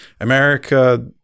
America